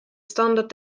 standard